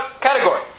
category